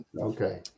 Okay